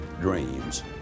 dreams